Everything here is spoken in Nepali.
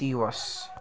दिवस